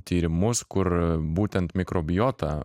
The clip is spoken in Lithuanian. tyrimus kur būtent mikrobiota